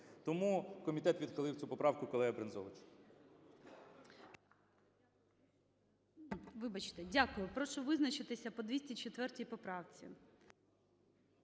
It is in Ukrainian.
Тому комітет відхилив цю поправку колегиБрензовича.